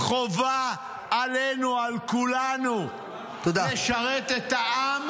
חובה עלינו, על כולנו, לשרת את העם